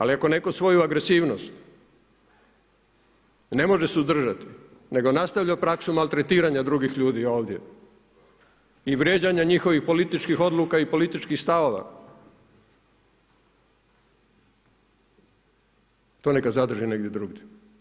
Ali ako netko svoju agresivnost ne može suzdržati nego nastavlja praksu maltretiranja drugih ljudi ovdje i vrijeđanja njihovih političkih odluka i političkih stavova to neka zadrži negdje drugdje.